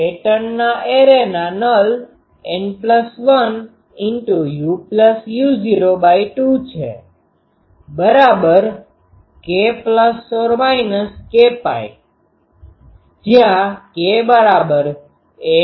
પેટર્નના એરેના નલ N1uu૦2±kπ જ્યાં k123